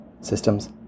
systems